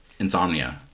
Insomnia